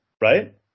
right